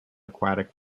aquatic